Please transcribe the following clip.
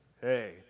hey